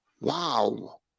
wow